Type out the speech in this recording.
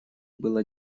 было